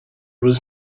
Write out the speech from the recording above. was